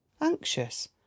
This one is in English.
Anxious